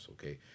okay